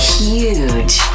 huge